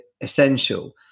essential